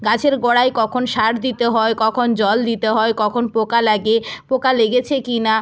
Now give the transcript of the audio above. গাছের গোড়ায় কখন সার দিতে হয় কখন জল দিতে হয় কখন পোকা লাগে পোকা লেগেছে কি না